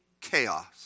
chaos